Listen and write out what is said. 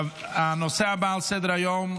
הנושא הבא על סדר-היום,